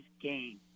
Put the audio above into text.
game